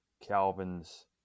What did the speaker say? Calvin's